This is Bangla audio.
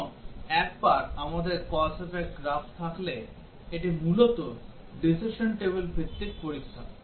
এবং একবার আমাদের cause effect গ্রাফ থাকলে এটি মূলত decision table ভিত্তিক পরীক্ষা